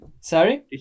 sorry